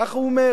כך הוא אומר.